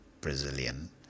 Brazilian